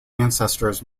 ancestors